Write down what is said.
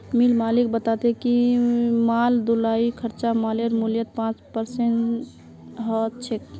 मिल मालिक बताले कि माल ढुलाईर खर्चा मालेर मूल्यत पाँच परसेंट ह छेक